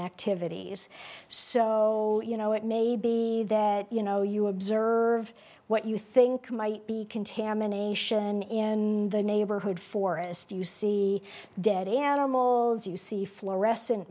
activities so you know it may be that you know you observe what you think might be contamination in the neighborhood forest you see dead animals you see fluorescent